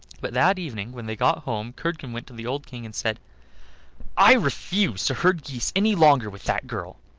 but that evening when they got home curdken went to the old king, and said i refuse to herd geese any longer with that girl.